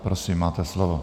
Prosím, máte slovo.